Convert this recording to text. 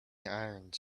irons